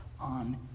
on